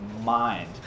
mind